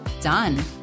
Done